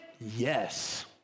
Yes